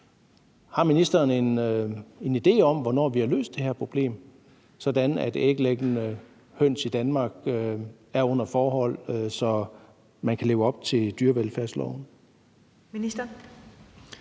Har ministeren en idé om, hvornår vi har løst det her problem, sådan at æglæggende